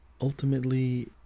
ultimately